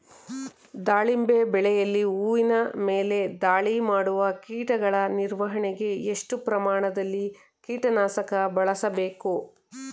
ದಾಳಿಂಬೆ ಬೆಳೆಯಲ್ಲಿ ಹೂವಿನ ಮೇಲೆ ದಾಳಿ ಮಾಡುವ ಕೀಟಗಳ ನಿರ್ವಹಣೆಗೆ, ಎಷ್ಟು ಪ್ರಮಾಣದಲ್ಲಿ ಕೀಟ ನಾಶಕ ಬಳಸಬೇಕು?